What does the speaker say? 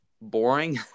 boring